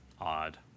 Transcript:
Odd